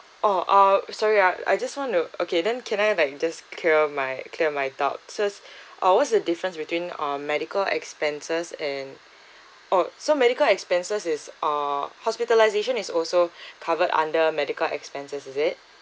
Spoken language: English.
oh uh sorry ah I just want to okay then can I like just clear my clear my doubts just uh what's the difference between um medical expenses and oh so medical expenses is uh hospitalisation is also covered under medical expenses is it